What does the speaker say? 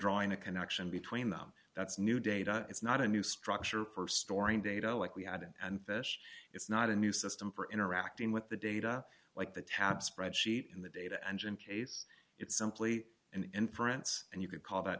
drawing a connection between them that's new data it's not a new structure for storing data like we had and fish it's not a new system for interacting with the data like the tap spreadsheet in the data engine case it's simply an inference and you could call that